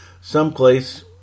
someplace